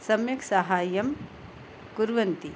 सम्यक् सहाय्यं कुर्वन्ति